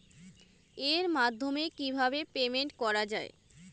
এর মাধ্যমে কিভাবে পেমেন্ট করা য়ায়?